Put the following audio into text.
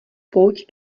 pouť